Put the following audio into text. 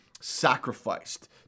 sacrificed